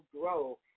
grow